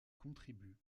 contribuent